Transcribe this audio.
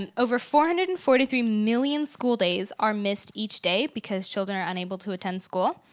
and over four hundred and forty three million school days are missed each day because children are unable to attend school.